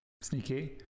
Sneaky